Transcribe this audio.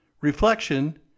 Reflection